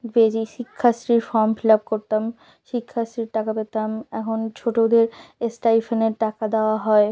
বেজি শিক্ষাশ্রীর form fill up করতাম শিক্ষাশ্রীর টাকা পেতাম এখন ছোটোদের স্টাইপেন্ডের টাকা দেওয়া হয়